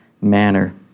manner